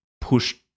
pushed